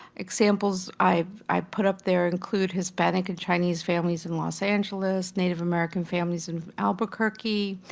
examples i i put up there include hispanic and chinese families in los angeles, native american families in albuquerque,